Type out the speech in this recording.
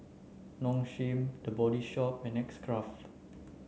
Nong Shim The Body Shop and X Craft